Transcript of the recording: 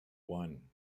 one